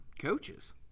coaches